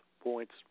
points